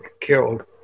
killed